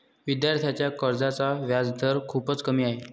विद्यार्थ्यांच्या कर्जाचा व्याजदर खूपच कमी आहे